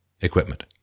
equipment